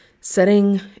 setting